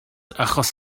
achos